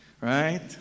right